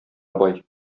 бай